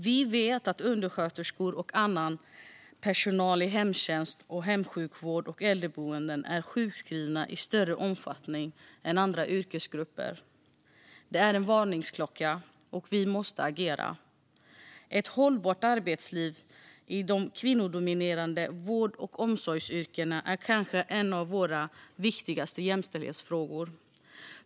Vi vet att undersköterskor och annan personal i hemtjänst och hemsjukvård och på äldreboenden är sjukskrivna i större omfattning än andra yrkesgrupper. Detta är en varningsklocka, och vi måste agera. Ett hållbart arbetsliv i de kvinnodominerade vård och omsorgsyrkena är kanske en av våra viktigaste jämställdhetsfrågor.